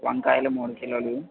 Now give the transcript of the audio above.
వంకాయలు మూడు కిలోలు